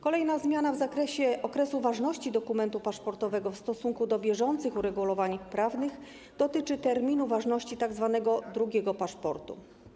Kolejna zmiana w zakresie okresu ważności dokumentu paszportowego w stosunku do bieżących uregulowań prawnych dotyczy terminu ważności tzw. drugiego paszportu.